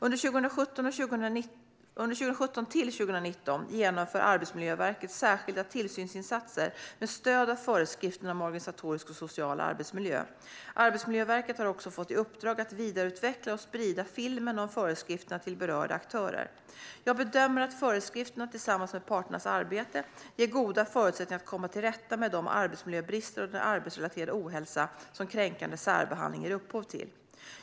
Under 2017-2019 genomför Arbetsmiljöverket särskilda tillsynsinsatser med stöd av föreskrifterna om organisatorisk och social arbetsmiljö. Arbetsmiljöverket har också fått i uppdrag att vidareutveckla och sprida filmen om föreskrifterna till berörda aktörer. Jag bedömer att föreskrifterna, tillsammans med parternas arbete, ger goda förutsättningar att komma till rätta med de arbetsmiljöbrister och den arbetsrelaterade ohälsa som kränkande särbehandling ger upphov till.